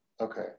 Okay